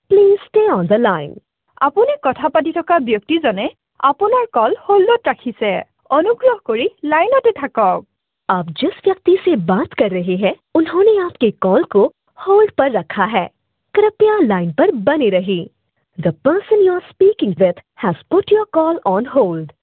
please stay on the line আপুনি কথা পাতি থকা ব্যক্তিজনে আপোনাৰ কল হোল্ডত ৰাখিছে অনুগ্ৰহ কৰি লাইনতে থাকক আপ যিছ ব্যক্তিছে বাত কৰ ৰহে হে ওনহ্ননে আপকে কলক' হোল্ড পৰ ৰখা হে কৃপায়া লাইন পৰ বনি ৰহিয়ে the person you are speaking with has put your call on hold